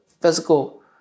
physical